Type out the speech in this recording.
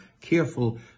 careful